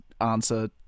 answer